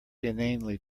inanely